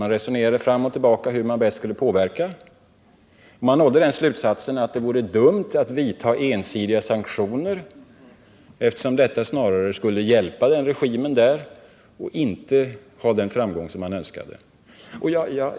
Man resonerade fram och tillbaka om hur man bäst skulle kunna påverka. Man kom fram till slutsatsen att det vore dumt att vidta ensidiga sanktioner, eftersom detta snarare skulle hjälpa regimen och inte medföra det önskade resultatet.